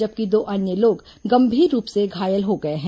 जबकि दो अन्य लोग गंभीर रूप से घायल हो गए हैं